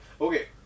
Okay